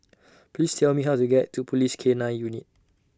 Please Tell Me How to get to Police K nine Unit